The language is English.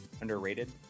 underrated